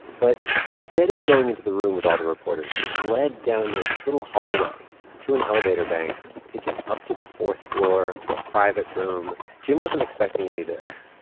but instead of going into the room with all the reporters, he led down this little hallway to an elevator bank, taken up to the fourth floor to a private room. jim wasn't expecting any of this.